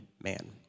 man